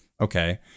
okay